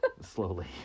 Slowly